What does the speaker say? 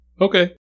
Okay